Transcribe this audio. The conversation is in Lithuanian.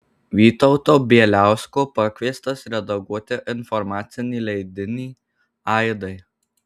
vytauto bieliausko pakviestas redaguoti informacinį leidinį aidai